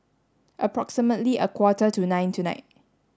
approximately a quarter to nine tonight